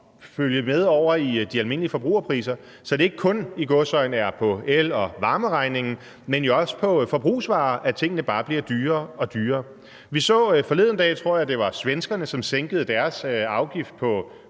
følge med over i de almindelige forbrugerpriser, så det ikke – i gåseøjne – kun er på el- og varmeregningen, men også på forbrugsvarer, at tingene bare bliver dyrere og dyrere. Vi så forleden dag, at svenskerne, tror jeg det var, sænkede deres afgift på